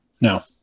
No